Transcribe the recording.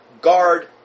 Guard